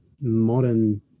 modern